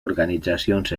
organitzacions